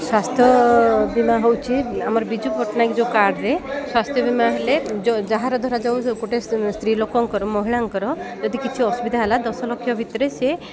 ସ୍ୱାସ୍ଥ୍ୟ ବୀମା ହେଉଛି ଆମର ବିଜୁ ପଟ୍ଟନାୟକ ଯୋଉ କାର୍ଡ୍ରେ ସ୍ୱାସ୍ଥ୍ୟ ବୀମା ହେଲେ ଯାହାର ଧରା ଯୋଉ ଗୋଟେ ସ୍ତ୍ରୀ ଲୋକଙ୍କର ମହିଳାଙ୍କର ଯଦି କିଛି ଅସୁବିଧା ହେଲା ଦଶଲକ୍ଷ ଭିତରେ ସେ